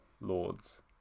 lords